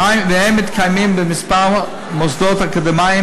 והם מתקיימים בכמה מוסדות אקדמיים,